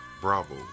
Bravo